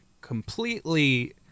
completely